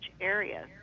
areas